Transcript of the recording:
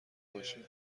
باشیم